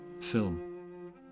Film